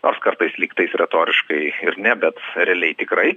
nors kartais lygtais retoriškai ir ne bet realiai tikrai